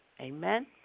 Amen